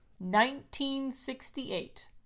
1968